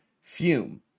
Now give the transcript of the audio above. Fume